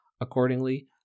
Accordingly